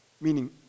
meaning